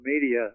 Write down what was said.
media